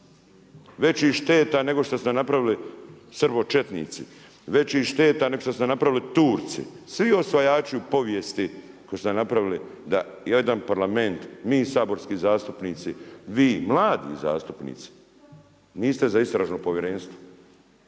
većih šteta nego što su napravili srbočetnici, većih šteta nego što su napravili Turci, svi osvajači u povijesti koji su napravili da jedan Parlament, mi saborski zastupnici, vi mladi zastupnici niste za istražno povjerenstvo.